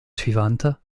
suivante